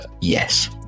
Yes